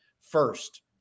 first